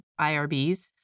IRBs